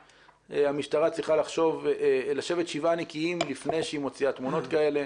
המשטרה צריכה לשבת שבעה נקיים לפני שהיא מוציאה תמונות כאלה.